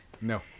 No